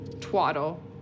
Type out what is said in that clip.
twaddle